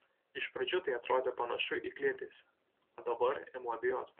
iš pradžių tai atrodė panašu į kliedesį o dabar imu abejot